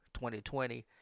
2020